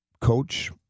coach